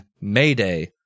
Mayday